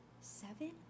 seven